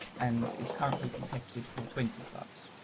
and is currently contested by twenty clubs.